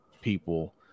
people